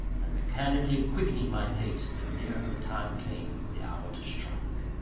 and mechanically quickening my pace the nearer the time came for the hour to strike.